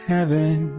Heaven